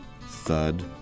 thud